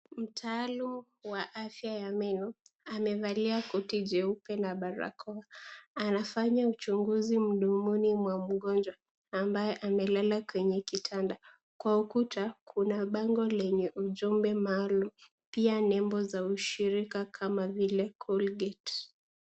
Mtaalamu wa afya ya meno amevalia koti jeupe na barakoa anafanya uchunguzi mdomoni mwa mgonjwa ambaye amelala kwenye kitanda, kwa ukuta kuna bango lenye ujumbe maalum pia nembo za ushikira kama vile colgate.